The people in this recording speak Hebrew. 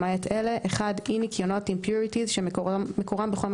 למעט אלה: (1)אי-ניקיונות (Impurities) שמקורם בחומר